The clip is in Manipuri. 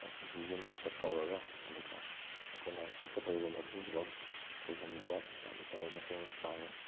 ꯑꯩꯈꯣꯏꯒꯤ ꯌꯨꯝꯃꯛꯇ ꯀꯧꯔꯒ ꯑꯗꯨꯒ ꯑꯩꯈꯣꯏꯅ ꯆꯠꯀꯗꯧꯔꯤꯕ ꯃꯐꯝꯗꯨ ꯐꯥꯎ ꯊꯤꯜꯍꯟꯕꯗ ꯌꯥꯝꯅ ꯆꯥꯎꯕ ꯃꯇꯦꯡ ꯄꯥꯡꯉꯤ